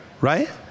Right